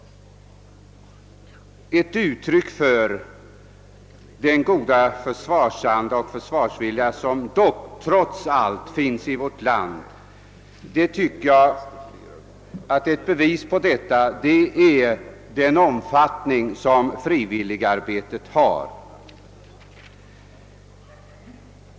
Ett bevis på den goda försvarsanda och försvarsvilja som trots allt finns i vårt land är den omfattning som frivilligarbetet har.